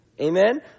Amen